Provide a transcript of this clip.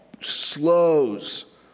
slows